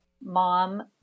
mom